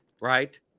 right